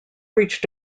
reached